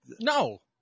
No